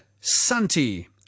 Santi